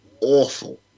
awful